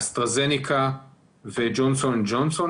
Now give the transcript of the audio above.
אסטרה זניקה וג'ונסון את ג'ונסון.